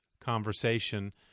conversation